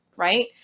right